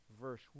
verse